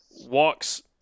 walks